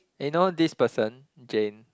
eh you know this person Jane